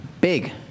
big